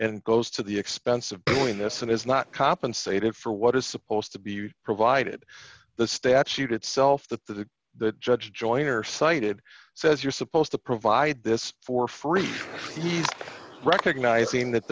and goes to the expense of doing this and is not compensated for what is supposed to be provided the statute itself that the the judge joyner cited says you're supposed to provide this for free he's recognizing that